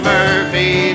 Murphy